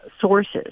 sources